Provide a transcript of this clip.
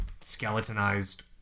skeletonized